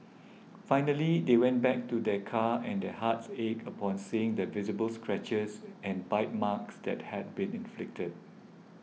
finally they went back to their car and their hearts ached upon seeing the visible scratches and bite marks that had been inflicted